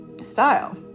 style